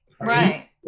Right